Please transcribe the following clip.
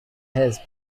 his